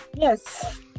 yes